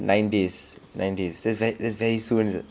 nine days nine days that's very that's very soon